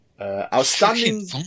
Outstanding